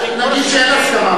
נגיד שאין הסכמה,